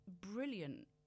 brilliant